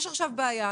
יש עכשיו בעיה,